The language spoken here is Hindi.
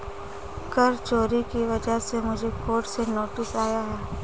कर चोरी की वजह से मुझे कोर्ट से नोटिस आया है